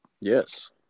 Yes